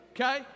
Okay